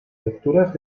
lecturas